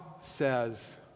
says